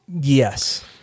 Yes